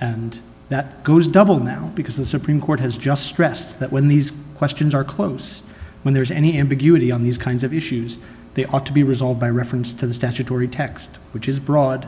and that goes double now because the supreme court has just stressed that when these questions are close when there is any ambiguity on these kinds of issues they ought to be resolved by reference to the statutory text which is broad